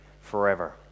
forever